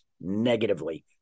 negatively